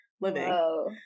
Living